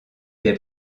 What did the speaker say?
des